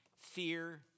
fear